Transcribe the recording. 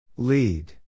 Lead